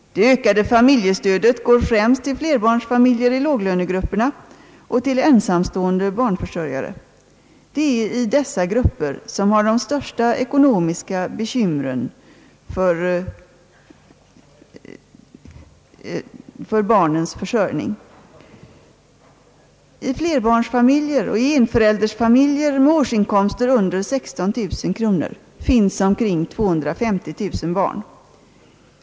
Det ökade familjestödet går främst till flerbarnsfamiljer i låglönegrupperna och till ensamstående barnförsörjare. Det är dessa grupper som har de största ekonomiska bekymren för barnens försörjning. I flerbarnsfamiljer och i enföräldersfamiljer med årsinkomster under 16 000 kronor finns omkring 250 000 barn.